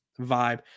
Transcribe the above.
vibe